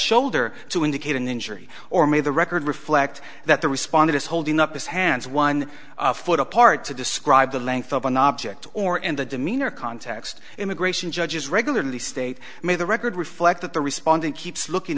shoulder to indicate an injury or may the record reflect that the responded is holding up his hands one foot apart to describe the length of an object or in the demeanor context immigration judges regularly state may the record reflect that the respondent keeps looking